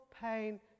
pain